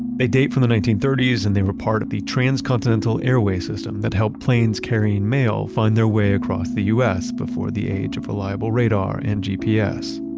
they date from the nineteen thirty s, and they were part of the transcontinental airway system that helped planes carrying mail find their way across the u s, before the age of reliable radar and gps.